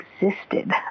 existed